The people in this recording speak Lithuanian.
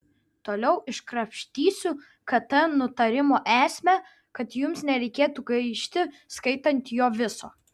toliau iškrapštysiu kt nutarimo esmę kad jums nereikėtų gaišti skaitant jo viso